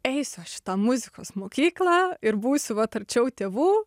eisiu aš į tą muzikos mokyklą ir būsiu vat arčiau tėvų